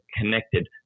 connected